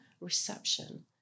reception